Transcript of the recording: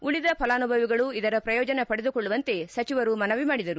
ಉಳಿದ ಫಲಾನುಭವಿಗಳು ಇದರ ಪ್ರಯೋಜನ ಪಡೆದುಕೊಳ್ಳುವಂತೆ ಸಚಿವರು ಮನವಿ ಮಾಡಿದರು